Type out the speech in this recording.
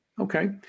Okay